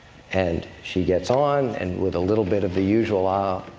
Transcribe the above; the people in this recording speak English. and she gets on, and with a little bit of the usual, ah,